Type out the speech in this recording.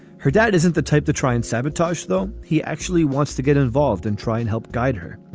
her dad isn't the type to try and sabotage, though. he actually wants to get involved and try and help guide her.